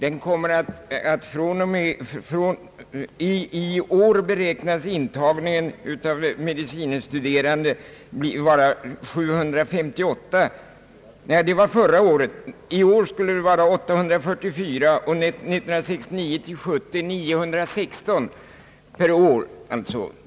I år beräknas intagningen av medicine studerande uppgå till 844 och 1969/70 till 916.